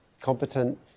competent